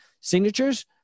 signatures